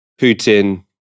Putin